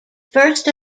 first